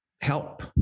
help